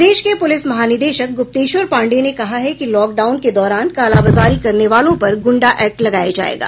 प्रदेश के पुलिस महानिदेशक गुप्तेश्वर पाण्डेय ने कहा है कि लॉकडाउन के दौरान कालाबाजारी करने वालों पर गुण्डा एक्ट लगाया जायेगा